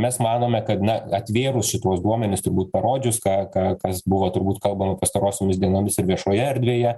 mes manome kad na atvėrus šituos duomenis turbūt parodžius ką ką kas buvo turbūt kalbama pastarosiomis dienomis ir viešoje erdvėje